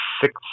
six